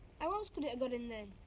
how else could it have got in, then?